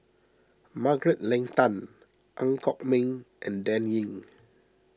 Margaret Leng Tan Ang Kok Peng and Dan Ying